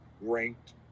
ranked